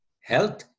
health